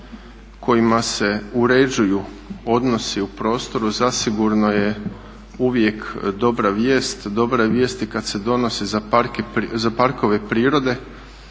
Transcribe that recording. kojima se uređuju odnosi u prostoru zasigurno je uvijek dobra vijest. Dobra vijest je i kada se donosi za parkove prirode,